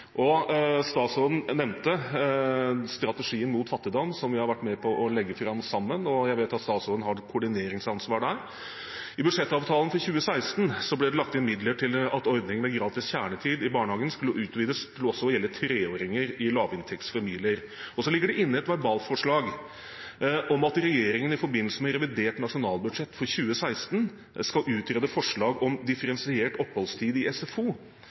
Statsråden nevnte strategien mot fattigdom, som vi har vært med på å legge fram sammen. Jeg vet at statsråden har et koordineringsansvar der. I budsjettavtalen for 2016 ble det lagt inn midler til at ordningen med gratis kjernetid i barnehagen skulle utvides til også å gjelde treåringer i lavinntektsfamilier. Og så ligger det inne et verbalforslag om at regjeringen i forbindelse med revidert nasjonalbudsjett for 2016 skal utrede forslag om differensiert oppholdsbetaling i SFO